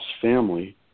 family